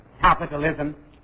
capitalism